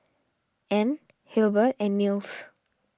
Anne Hilbert and Nils